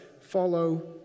follow